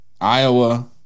Iowa